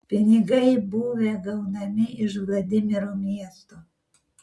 pinigai buvę gaunami iš vladimiro miesto